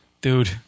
dude